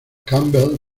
campbell